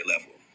level